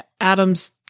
Adam's